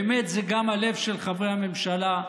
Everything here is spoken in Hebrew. באמת, זה גם הלב של חברי הממשלה,